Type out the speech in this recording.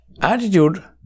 Attitude